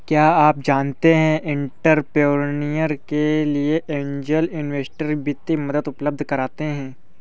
क्या आप जानते है एंटरप्रेन्योर के लिए ऐंजल इन्वेस्टर वित्तीय मदद उपलब्ध कराते हैं?